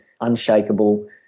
unshakable